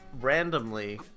randomly